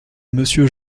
monsieur